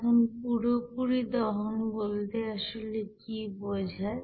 এখন পুরোপুরি দহন বলতে আসলে কি বোঝায়